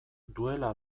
duela